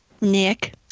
Nick